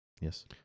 Yes